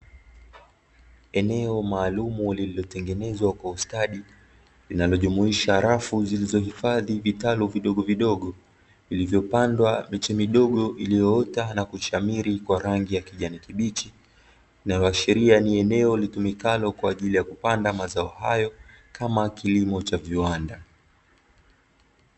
Eneo maalum lililotengenezwa kwa ustadi, linalojumuisha rafu zilizohifadhi vitalu vidogo vidogo vilivyopandwa miti midogo iliyoota na kushamiri kwa rangi ya kijani kibichi, inayoashiria ni eneo litumikalo kwa ajili ya kupanda mazao hayo kama kilimo cha viwanda.